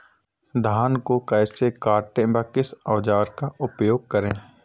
धान को कैसे काटे व किस औजार का उपयोग करें?